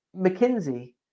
McKinsey